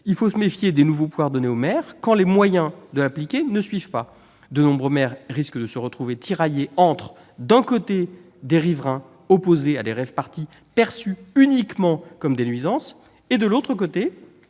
Il faut se méfier des nouveaux pouvoirs donnés aux maires quand les moyens de les mettre en oeuvre ne suivent pas. De nombreux maires risquent de se retrouver tiraillés entre, d'un côté, des riverains opposés à des rave-parties perçues uniquement comme des nuisances, et, de l'autre,